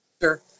Sure